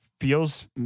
feels